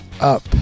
up